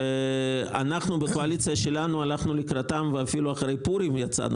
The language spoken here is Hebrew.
אנחנו בקואליציה שלנו הלכנו לקראתם ואפילו אחרי פורים יצאנו.